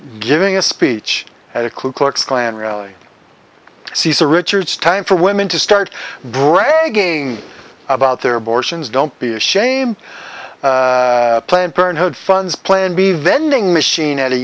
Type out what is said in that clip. giving a speech at a clew klux klan rally cesar richards time for women to start bragging about their abortions don't be ashamed planned parenthood funds plan b vending machine at a